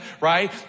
right